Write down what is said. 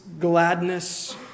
gladness